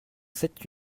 cette